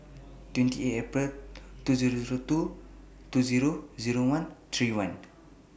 twenty eight April two Zero Zero two two Zero Zero one three one